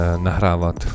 nahrávat